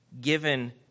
Given